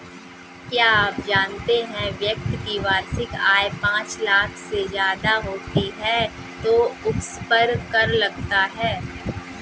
क्या आप जानते है व्यक्ति की वार्षिक आय पांच लाख से ज़्यादा होती है तो उसपर कर लगता है?